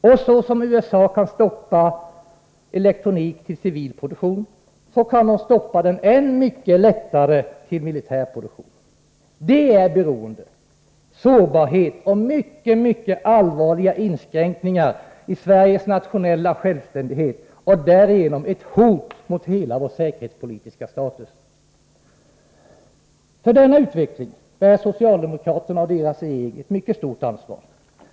Och på samma sätt som USA kan stoppa elektronik till civil produktion, kan de än mycket lättare stoppa den till militär produktion. Detta är beroende, sårbarhet och mycket, mycket allvarliga inskränkningar i Sveriges nationella självständighet och därigenom ett hot mot hela vår säkerhetspolitiska status. För denna utveckling bär socialdemokraterna och deras regering ett mycket stort ansvar.